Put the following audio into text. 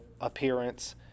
appearance